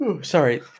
sorry